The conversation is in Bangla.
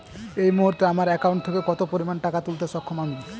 এই মুহূর্তে আমার একাউন্ট থেকে কত পরিমান টাকা তুলতে সক্ষম আমি?